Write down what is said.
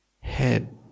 head